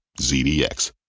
ZDX